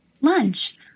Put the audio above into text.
lunch